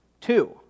Two